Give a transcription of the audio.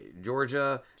Georgia